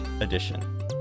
edition